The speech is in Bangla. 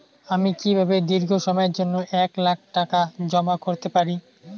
আমি কিভাবে দীর্ঘ সময়ের জন্য এক লাখ টাকা জমা করতে পারি?